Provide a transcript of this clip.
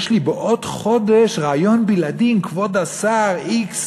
יש לי בעוד חודש ריאיון בלעדי עם כבוד השר x.